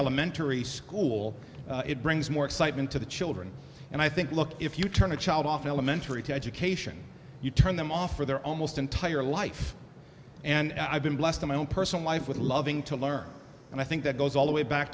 elementary school it brings more excitement to the children and i think look if you turn a child off elementary education you turn them off for their almost entire life and i've been blessed in my own personal life with loving to learn and i think that goes all the way back